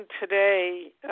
today